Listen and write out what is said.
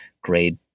grade